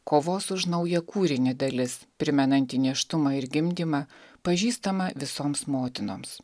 kovos už naują kūrinį dalis primenanti nėštumą ir gimdymą pažįstamą visoms motinoms